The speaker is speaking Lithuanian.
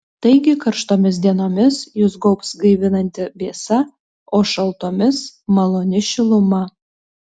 taigi karštomis dienomis jus gaubs gaivinanti vėsa o šaltomis maloni šiluma